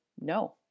no